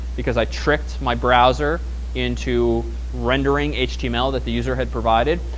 because i tricked my browser into rendering html that the user had provided.